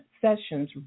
sessions